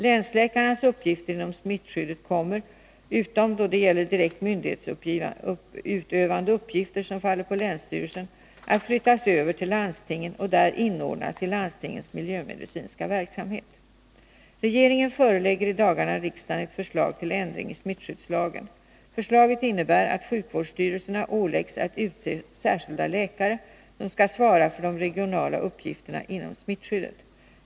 Länsläkarnas uppgifter inom smittskyddet kommer, utom då det gäller direkt myndighetsutövande uppgifter som faller på länsstyrelsen, att flyttas över till landstingen och där inordnas i landstingens miljömedicinska verksamhet. Regeringen förelägger i dagarna riksdagen ett förslag till ändring i smittskyddslagen. Förslaget innebär att sjukvårdsstyrelserna åläggs att utse särskilda läkare som skall svara för de regionala uppgifterna inom smittskyddet.